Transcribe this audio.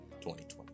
2020